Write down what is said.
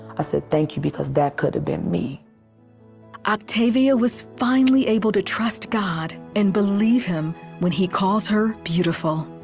i said thank you because that could have been me. reporter octavia was finally able to trust god and believe him when he calls her beautiful.